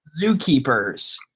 zookeepers